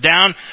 down